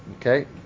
Okay